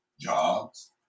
Jobs